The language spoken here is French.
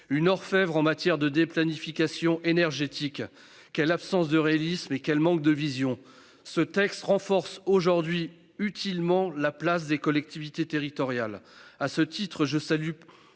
une orfèvre en matière de déplanification énergétique ! Quelle absence de réalisme, quel manque de vision ! Ce texte renforce utilement la place des collectivités territoriales.